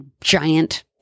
giant